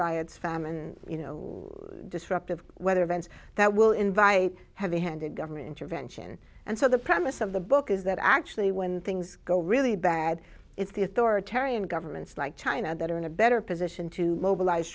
riots famine you know disruptive weather events that will invite a heavy handed government intervention and so the premise of the book is that actually when things go really bad it's the authoritarian governments like china that are in a better position to mobilize